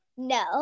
No